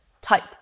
type